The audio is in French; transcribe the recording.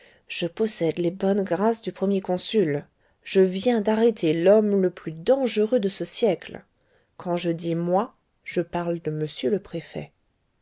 je possède les bonnes grâces du premier consul je viens d'arrêter l'homme le plus dangereux de ce siècle quand je dis moi je parle de m le préfet